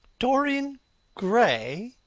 dorian gray?